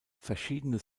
verschiedene